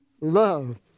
love